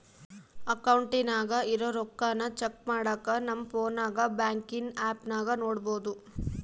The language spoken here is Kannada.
ಅಕೌಂಟಿನಾಗ ಇರೋ ರೊಕ್ಕಾನ ಚೆಕ್ ಮಾಡಾಕ ನಮ್ ಪೋನ್ನಾಗ ಬ್ಯಾಂಕಿನ್ ಆಪ್ನಾಗ ನೋಡ್ಬೋದು